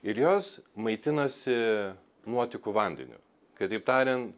ir jos maitinasi nuotekų vandeniu kitaip tariant